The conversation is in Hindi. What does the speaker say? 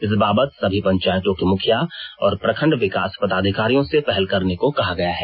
इस बाबत सभी पंचायतों के मुखिया और प्रखंड विकास पदाधिकारियों से पहल करने को कहा गया है